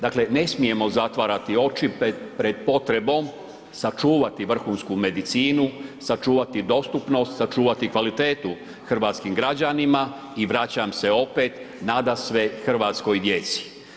Dakle, ne smijemo zatvarati oči pred potrebom, sačuvati vrhunsku medicinu, sačuvati dostupnost, sačuvati kvalitetu hrvatskim građanima i vraćam se opet, nadasve hrvatskoj djeci.